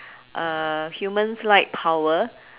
uh humans like power